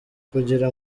kugira